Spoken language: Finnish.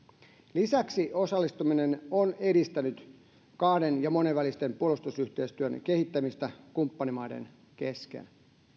lisäksi osallistuminen on edistänyt kahden ja monenvälisen puolustusyhteistyön kehittämistä kumppanimaiden kesken